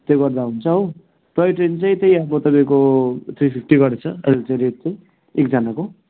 त्यो गर्दा हुन्छ हो ट्रोय ट्रेन चाहिँ त्यही अब तपाईँको थ्री फिफ्टी गरेर छ अहिले चाहिँ रेट चाहिँ एकजनाको